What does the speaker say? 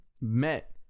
met